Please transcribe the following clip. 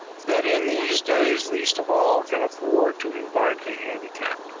that in these days least of all can afford to invite a handicap.